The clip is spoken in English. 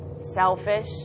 Selfish